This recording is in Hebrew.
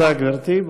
תודה, גברתי.